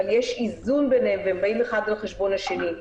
אבל יש איזון ביניהם והם באים אחד על חשבון השני.